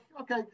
Okay